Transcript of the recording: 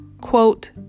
quote